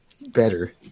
Better